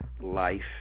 life